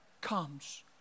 comes